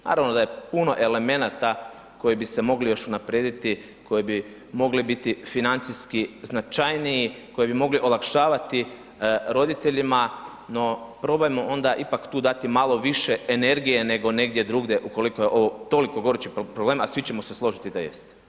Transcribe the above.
Naravno da je puno elemenata koji bi se mogli još unaprijediti, koji bi mogli biti financijski značajni, koji bi mogli olakšavati roditeljima no probajmo onda ipak tu dati malo više energije negdje drugdje ukoliko je ovo toliko gorući problem a svi ćemo se složiti da jest.